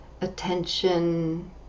attention